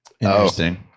Interesting